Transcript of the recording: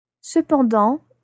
Cependant